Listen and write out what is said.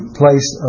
place